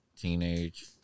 teenage